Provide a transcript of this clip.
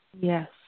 Yes